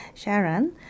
Sharon